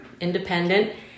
independent